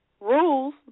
rules